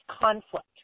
conflict